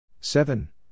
seven